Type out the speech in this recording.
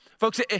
Folks